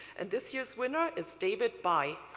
and this year's winner is david bai.